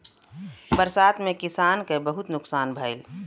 बरसात में किसान क बहुते नुकसान भयल